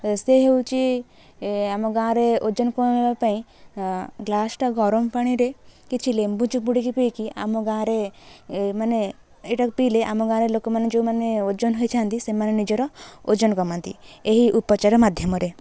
ସେ ହେଉଛି ଆମ ଗାଁରେ ଓଜନ କମେଇବା ପାଇଁ ଗ୍ଲାସଟା ଗରମ ପାଣିରେ କିଛି ଲେମ୍ବୁ ଚୁପିଡ଼ିକି ପିଇକି ଆମ ଗାଁରେ ମାନେ ଏଇଟାକୁ ପିଇଲେ ଆମ ଗାଁରେ ଲୋକମାନେ ଯେଉଁମାନେ ଓଜନ ହେଇଯାଆନ୍ତି ସେମାନେ ନିଜର ଓଜନ କମାନ୍ତି ଏହି ଉପଚାର ମାଧ୍ୟମରେ